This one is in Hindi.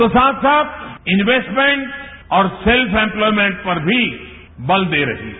तो साथ साथ इंवेस्टमेंट और सेल्फ इंप्लायमेंट पर भी बल दे रही है